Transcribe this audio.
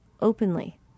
openly